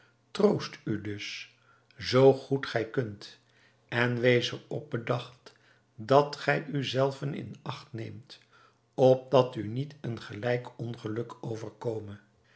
troost u dus zoo goed gij kunt en wees er op bedacht dat gij u zelven in acht neemt opdat u niet een gelijk ongeluk overkome